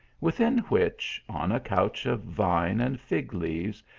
within which, on a couch of vine and fig leaves,